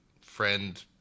friend